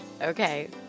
Okay